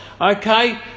Okay